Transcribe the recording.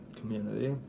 community